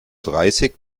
dreißig